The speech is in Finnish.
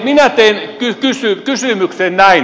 minä teen kysymyksen näin